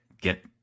get